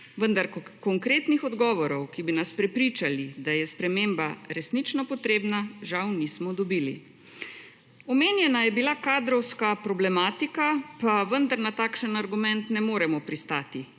vendar konkretnih odgovorov, ki bi nas prepričali, da je sprememba resnično potrebna, žal nismo dobili. Omenjena je bila kadrovska problematika, pa vendar na takšen argument ne moremo pristati.